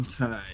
Okay